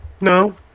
No